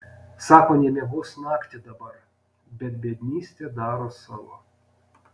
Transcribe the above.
sako nemiegos naktį dabar bet biednystė daro savo